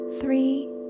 three